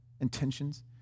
intentions